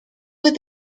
with